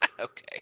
Okay